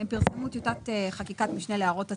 הם פרסמו טיוטת חקיקת משנה להערות הציבור,